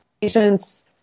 patients